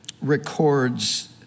records